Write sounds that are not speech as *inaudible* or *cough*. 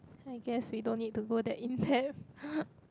I guess we don't need to go that in depth *noise*